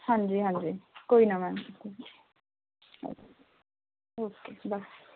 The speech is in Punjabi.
ਹਾਂਜੀ ਹਾਂਜੀ ਕੋਈ ਨਾ ਮੈਮ ਓਕੇ ਬਾਏ